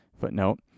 footnote